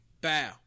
Bow